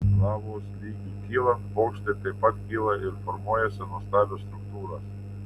lavos lygiui kylant bokštai taip pat kyla ir formuojasi nuostabios struktūros